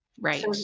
Right